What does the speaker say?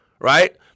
right